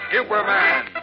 Superman